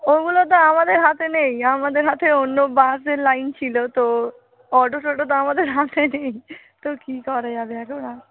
ওগুলো তো আমাদের হাতে নেই আমাদের হাতে অন্য বাসের লাইন ছিল তো অটো টটো তো আমাদের হাতে নেই তো কী করা যাবে এখন আর